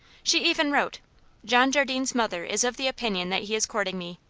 she even wrote john jardine's mother is of the opinion that he is courting me.